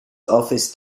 office